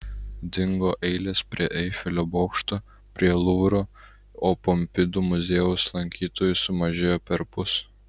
dingo eilės prie eifelio bokšto prie luvro o pompidu muziejaus lankytojų sumažėjo perpus